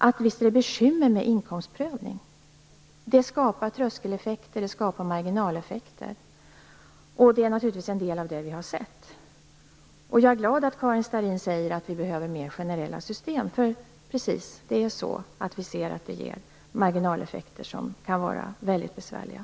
Det finns bekymmer med en inkomstprövning; en sådan skapar tröskeleffekter och marginaleffekter. En del av dessa har vi redan sett. Jag är glad att Karin Starrin säger att vi behöver mer generella system. Det är nämligen precis så. Vi ser att detta ger marginaleffekter som kan vara väldigt besvärliga.